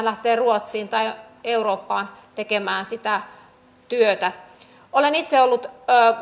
lähtee ruotsiin tai eurooppaan tekemään sitä työtä olen itse ollut